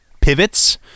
pivots